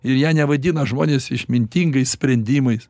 ir ją nevadina žmonės išmintingais sprendimais